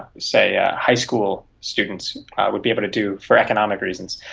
say, ah high school students would be able to do, for economic reasons.